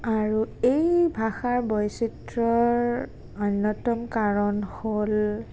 আৰু এই ভাষাৰ বৈচিত্ৰ্যৰ অন্যতম কাৰণ হ'ল